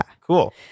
Cool